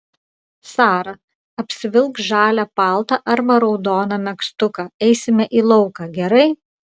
sara apsivilk žalią paltą arba raudoną megztuką eisime į lauką gerai